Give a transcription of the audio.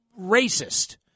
racist